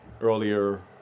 earlier